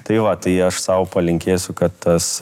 tai va tai aš sau palinkėsiu kad tas